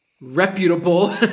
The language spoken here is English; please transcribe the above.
reputable